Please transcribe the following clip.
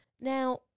Now